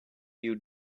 you